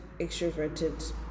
extroverted